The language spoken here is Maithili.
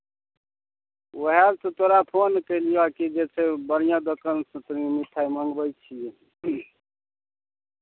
उएहसँ तोरा फोन केलिअह कि जे छै बढ़िआँ दोकानसँ कनि मिठाइ मङ्गबै छियै की